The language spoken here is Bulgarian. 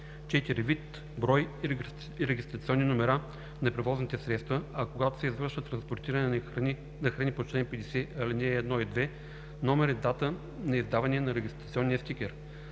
4. вид, брой и регистрационни номера на превозните средства, а когато се извършва транспортиране на храни по чл. 50, ал. 1 и 2 – номер и дата на издаване на регистрационния стикер;